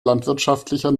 landwirtschaftlicher